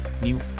New